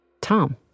Tom